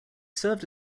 served